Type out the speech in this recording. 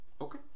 okay